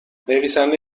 نویسنده